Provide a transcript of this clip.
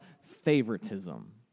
favoritism